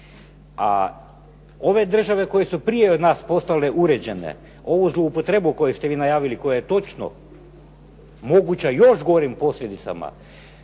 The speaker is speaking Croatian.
A ove države koje su prije nas postale uređene, ovu zloupotrebu koju ste vi najavili, koja je točno moguća još gorim posljedicama,